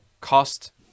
cost